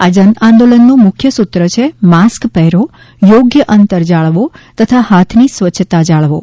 આ જનઆંદોલનનું મુખ્ય સૂત્ર છે માસ્ક પહેરો થોગ્ય અંતર જાળવો તથા હાથની સ્વચ્છતા જાળવો